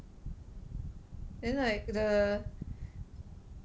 then like the